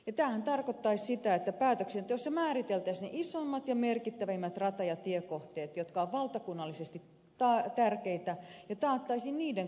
tämähän tarkoittaisi sitä että päätöksenteossa määriteltäisiin ne isoimmat ja merkittävimmät rata ja tiekohteet jotka ovat valtakunnallisesti tärkeitä ja taattaisiin niiden kunnossapito